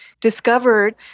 discovered